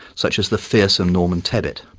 such as the fearsome norman tebbit.